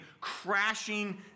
crashing